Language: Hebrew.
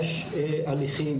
יש הליכים.